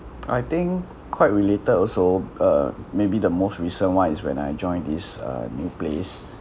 I think quite related also uh maybe the most recent one is when I joined this uh new place